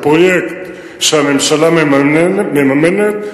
בפרויקט שהממשלה מממנת,